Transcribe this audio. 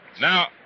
Now